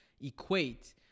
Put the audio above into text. equate